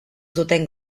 zuten